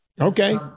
Okay